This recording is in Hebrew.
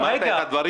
אני אמרתי את הדברים,